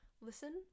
Listen